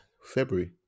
February